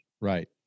Right